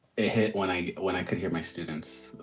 it hit when i when i could hear my students,